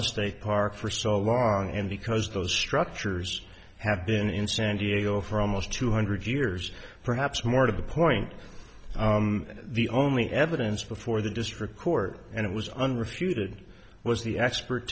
the state park for so a lot and because those structures have been in san diego for almost two hundred years perhaps more to the point the only evidence before the district court and it was unrefuted was the expert